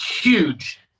huge